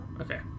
Okay